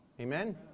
Amen